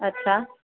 અચ્છા